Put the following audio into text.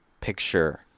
picture